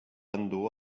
endur